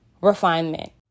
refinement